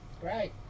Great